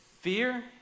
Fear